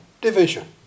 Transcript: division